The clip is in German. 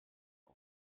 auf